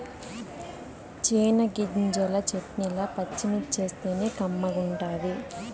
చెనగ్గింజల చెట్నీల పచ్చిమిర్చేస్తేనే కమ్మగుంటది